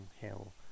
hill